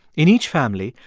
in each family,